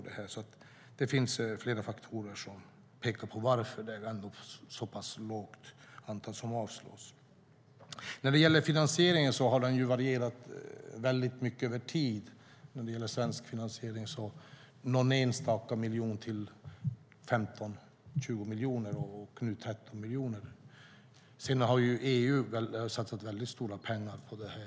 Det finns flera faktorer som påverkar varför det är ett så pass lågt antal som avslås. Finansieringen har varierat väldigt mycket över tid. När det gäller svensk finansiering handlar det om någon enstaka miljon till 15-20 miljoner och nu 13 miljoner. Sedan har EU satsat väldigt stora pengar på detta.